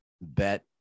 bet